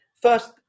First